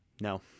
No